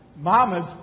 Mama's